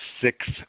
six